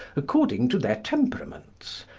according to their temperaments.